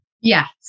yes